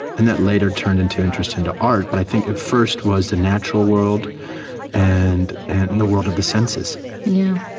and that later turned into interest into art. but i think at first was the natural world and and and the world of the senses yeah